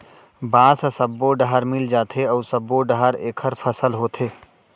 बांस ह सब्बो डहर मिल जाथे अउ सब्बो डहर एखर फसल होथे